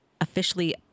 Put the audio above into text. officially